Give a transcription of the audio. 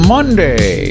Monday